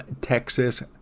Texas